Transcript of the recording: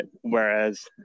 whereas